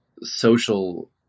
social